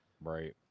right